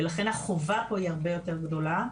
ולכן החובה פה היא הרבה יותר גדולה.